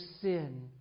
sin